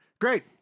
great